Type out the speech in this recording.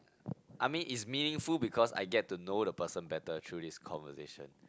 I mean it's meaningful because I get to know the person better through this conversation